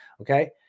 okay